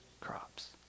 crops